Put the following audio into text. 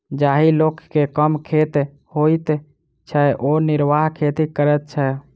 जाहि लोक के कम खेत होइत छै ओ निर्वाह खेती करैत छै